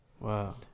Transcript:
Wow